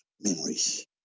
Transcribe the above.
memories